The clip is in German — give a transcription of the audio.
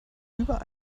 über